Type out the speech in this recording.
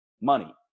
money